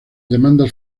demandas